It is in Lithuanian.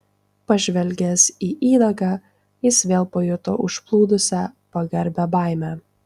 pažvelgęs į įdagą jis vėl pajuto užplūdusią pagarbią baimę